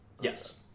Yes